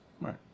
Right